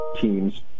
teams